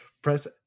Press